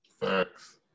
Facts